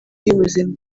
y’ubuzima